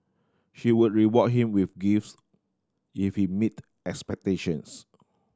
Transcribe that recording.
she would reward him with gifts if he meet expectations